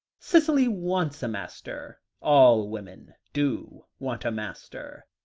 cicely wants a master all women do want a master,